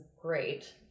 great